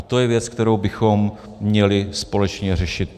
To je věc, kterou bychom měli společně řešit.